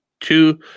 two